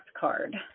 card